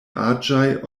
aĝaj